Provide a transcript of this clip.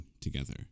together